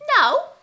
No